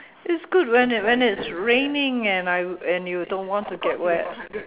it's good when it when it's raining and I and you don't want to get wet